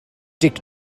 dic